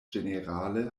ĝenerale